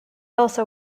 also